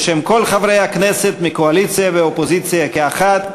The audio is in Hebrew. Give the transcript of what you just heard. בשם כל חברי הכנסת מהאופוזיציה ומהקואליציה כאחת,